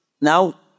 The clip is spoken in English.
Now